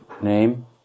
name